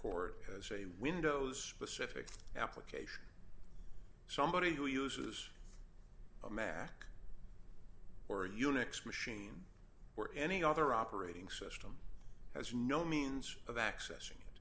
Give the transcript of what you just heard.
court because a windows pacific application somebody who uses a mac or a unix machine or any other operating system has no means of accessing it